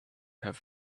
have